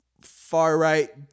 far-right